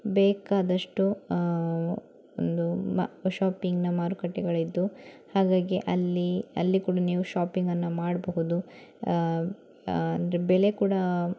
ಬೇಕಾದಷ್ಟು ಒಂದು ಮ ಶಾಪಿಂಗ್ನ ಮಾರುಕಟ್ಟೆಗಳಿದ್ದು ಹಾಗಾಗಿ ಅಲ್ಲಿ ಅಲ್ಲಿ ಕೂಡ ನೀವು ಶಾಪಿಂಗನ್ನು ಮಾಡಬಹುದು ಅಂದರೆ ಬೆಲೆ ಕೂಡ